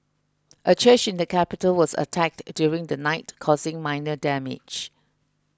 a church in the capital was attacked during the night causing minor damage